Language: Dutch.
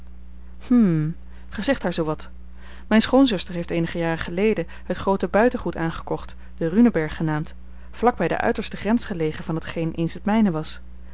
gij zegt daar zoo wat mijne schoonzuster heeft eenige jaren geleden het groote buitengoed aangekocht de runenberg genaamd vlak bij de uiterste grens gelegen van hetgeen eens het mijne was